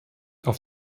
auf